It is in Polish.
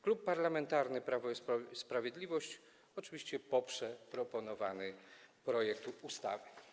Klub Parlamentarny Prawo i Sprawiedliwość oczywiście poprze proponowany projekt ustawy.